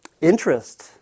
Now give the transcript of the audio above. interest